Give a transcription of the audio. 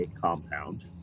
compound